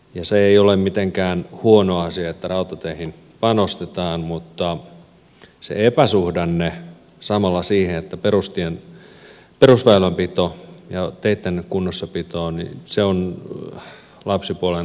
se ei ole mitenkään huono asia että rautateihin panostetaan vaan se epäsuhta siinä kun samalla perusväylänpito ja teitten kunnossapito on lapsipuolen asemassa